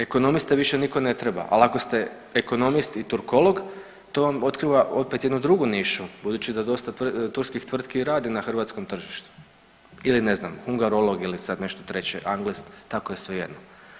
Ekonomiste više nitko ne treba, ali ako ste ekonomist i turkolog to vam otkriva opet jednu drugu nišu budući da dosta turskih tvrtki radi na hrvatskom tržištu ili ne znam hungarolog ili sad nešto treće anglist, tako je svejedno.